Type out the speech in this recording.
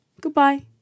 goodbye